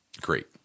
great